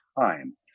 time